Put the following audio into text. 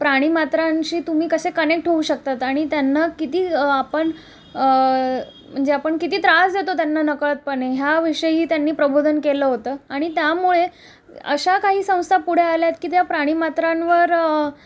प्राणीमात्रांशी तुम्ही कसे कनेक्ट होऊ शकतात आणि त्यांना किती आपण म्हणजे आपण किती त्रास देतो त्यांना नकळतपणे ह्याविषयी त्यांनी प्रबोधन केलं होतं आणि त्यामुळे अशा काही संस्था पुढे आल्यात की त्या प्राणीमात्रांवर